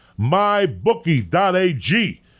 MyBookie.ag